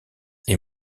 est